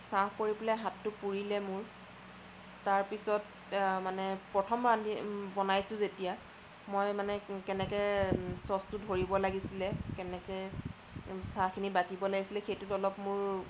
চাহ পৰি পেলাই হাতটো পুৰিলে মোৰ তাৰ পিছত মানে প্ৰথম ৰান্ধি বনাইছোঁ যেতিয়া মই মানে কেনেকৈ চচটো ধৰিব লাগিছিলে কেনেকৈ চাহখিনি বাকিব লাগিছিলে সেইটোত অলপ মোৰ